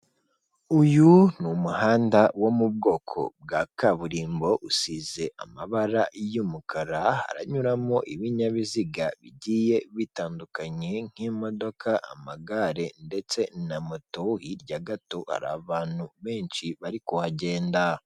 Uyu ni umuhanda wo mu bwoko bwa kaburimbo usize amabara y'umukara, haranyuramo ibinyabiziga bigiye bitandukanye nk'imodoka, amagare, ndetse na moto. Hirya gato hari abantu benshi bari kuhagenda.